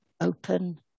open